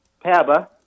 Paba